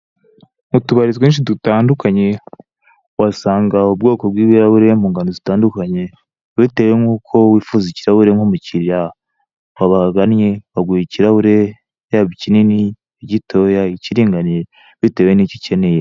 Mu tubari twinshi dutandukanye uhasanga ubwoko bw'ibirahuri mu ngano zitandukanye bitewe n'uko wifuza ikirahuri nk'umukiriya wabagannye, baguha ikirahure yaba kinini, igitoya, ikiringaniye, bitewe n'icyo ukeneye.